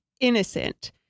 innocent